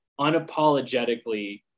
unapologetically